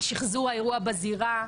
שחזור האירוע בזירה,